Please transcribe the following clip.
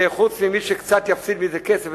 חוץ ממי שקצת יפסיד מזה כסף,